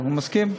הוא מסכים.